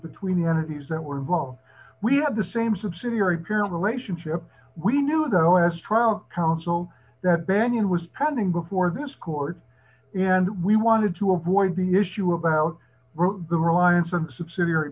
between the entities that were involved we have the same subsidiary parent relationship we knew though as trial counsel that banyan was pending before this court and we wanted to avoid the issue about the reliance of subsidiary